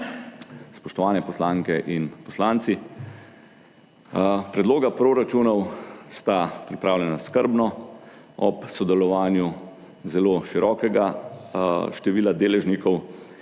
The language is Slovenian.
Spoštovane poslanke in poslanci, predloga proračunov sta pripravljena skrbno, ob sodelovanju zelo širokega števila deležnikov